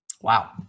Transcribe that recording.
wow